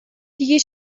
دیگه